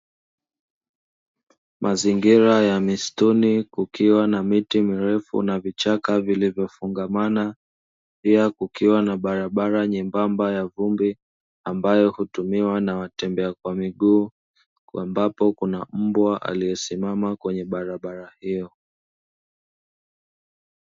Mazingira ya misituni kukiwa na miti mirefu na vichaka vilivyofungamana ya kukiwa na barabara nyembamba ya vumbi, ambayo hutumiwa na watembea kwa miguu ambapo kuna mbwa aliyesimama kwenye barabara hiyo.